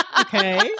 Okay